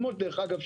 כמו דרך אגב,